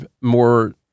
more